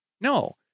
No